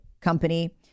Company